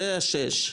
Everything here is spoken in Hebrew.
זו השישית.